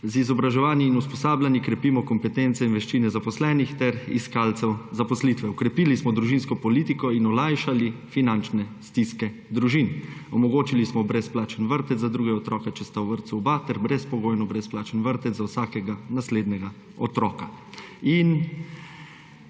Z izobraževanji in usposabljanji krepimo kompetence in veščine zaposlenih ter iskalcev zaposlitve. Okrepili smo družinsko politiko in olajšali finančne stiske družin. Omogočili smo brezplačen vrtec za drugega otroka, če sta v vrtcu oba, ter brezpogojno brezplačen vrtec za vsakega naslednjega otroka.